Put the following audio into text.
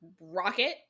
rocket